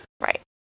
Right